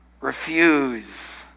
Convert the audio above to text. refuse